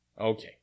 okay